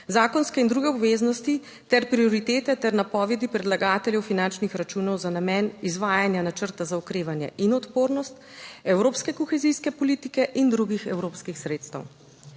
zakonske in druge obveznosti ter prioritete ter napovedi predlagateljev finančnih računov za namen izvajanja načrta za okrevanje in odpornost Evropske kohezijske politike in drugih evropskih sredstev.